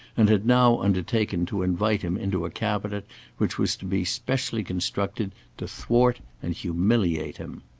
and had now undertaken to invite him into a cabinet which was to be specially constructed to thwart and humiliate him.